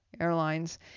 airlines